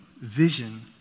vision